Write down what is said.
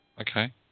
Okay